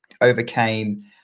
overcame